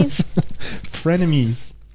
frenemies